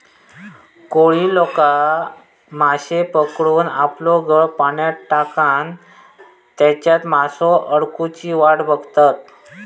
कोळी लोका माश्ये पकडूक आपलो गळ पाण्यात टाकान तेच्यात मासो अडकुची वाट बघतत